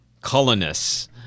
colonists